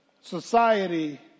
Society